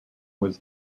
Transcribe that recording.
was